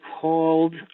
called